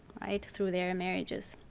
right, through their and marriages.